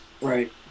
Right